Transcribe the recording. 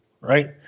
right